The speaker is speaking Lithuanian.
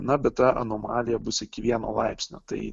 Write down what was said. na bet ta anomalija bus iki vieno laipsnio tai